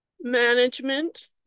management